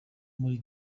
muri